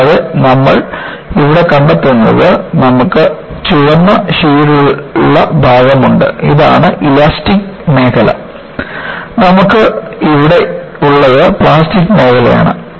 കൂടാതെ നമ്മൾ ഇവിടെ കണ്ടെത്തുന്നത് നമുക്ക് ചുവന്ന ഷേഡുള്ള ഭാഗമുണ്ട് ഇതാണ് ഇലാസ്റ്റിക് മേഖല നമുക്ക് ഇവിടെ ഉള്ളത് പ്ലാസ്റ്റിക് മേഖലയാണ്